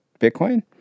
Bitcoin